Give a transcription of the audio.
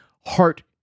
heart